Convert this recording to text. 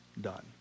done